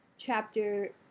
chapter